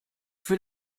für